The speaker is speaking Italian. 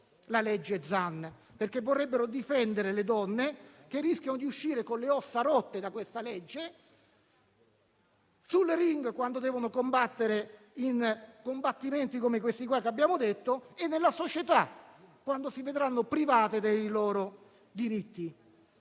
di legge Zan, perché vorrebbero difendere le donne, che rischiano di uscire con le ossa rotte da questa legge, sul *ring*, quando devono combattere in combattimenti come questi, e nella società, quando si vedranno private dei loro diritti.